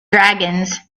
dragons